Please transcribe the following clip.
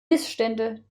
missstände